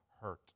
hurt